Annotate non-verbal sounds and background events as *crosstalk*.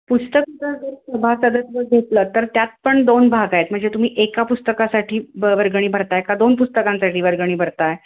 *unintelligible* जर सभासदत्व घेतलं तर त्यात पण दोन भाग आहेत म्हणजे तुम्ही एका पुस्तकासाठी व वर्गणी भरत आहे का दोन पुस्तकांसाठी वर्गणी भरत आहे